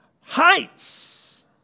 heights